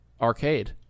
arcade